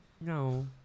No